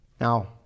Now